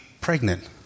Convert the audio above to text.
pregnant